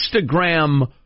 Instagram